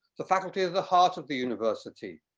the faculty is the heart of the university.